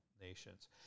nations